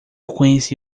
conheci